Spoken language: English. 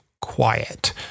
quiet